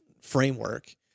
framework